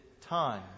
time